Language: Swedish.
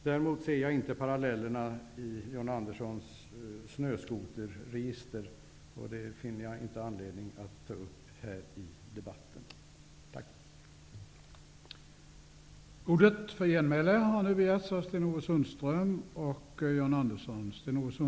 Däremot ser jag inte några paralleller med John Anderssons snöskoterregister. Jag finner inte anledning att ta upp den saken här i debatten.